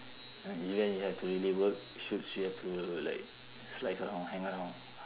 event you have to really work shoots you have to like slack around hang around